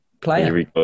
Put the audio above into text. player